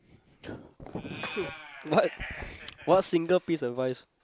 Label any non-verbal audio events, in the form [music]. [laughs] what what single piece of advice